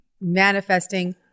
manifesting